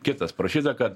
kitas parašyta kad